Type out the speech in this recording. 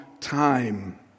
time